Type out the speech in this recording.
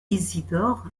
isidore